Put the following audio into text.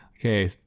okay